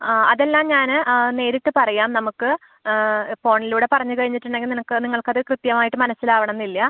ആ അതെല്ലാം ഞാൻ നേരിട്ട് പറയാം നമുക്ക് ഫോണിലൂടെ പറഞ്ഞ് കഴിഞ്ഞിട്ടുണ്ടെങ്കിൽ നിനക്ക് നിങ്ങൾക്കത് കൃത്യമായിട്ട് മനസ്സിലാവണമെന്നില്ല